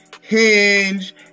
Hinge